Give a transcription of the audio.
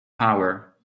power